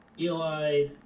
Eli